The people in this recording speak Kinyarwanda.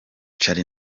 charly